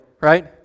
right